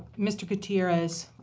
mr. gutierrez,